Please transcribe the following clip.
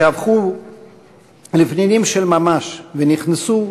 שהפכו לפנינים של ממש ונכנסו,